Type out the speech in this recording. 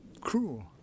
cruel